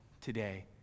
today